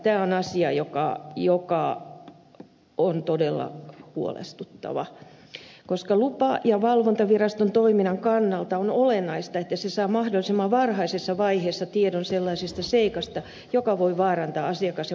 tämä on asia joka on todella huolestuttava koska lupa ja valvontaviraston toiminnan kannalta on olennaista että se saa mahdollisimman varhaisessa vaiheessa tiedon sellaisesta seikasta joka voi vaarantaa asiakas ja potilasturvallisuutta